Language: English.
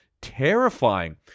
terrifying